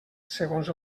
segons